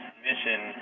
Mission